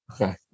Okay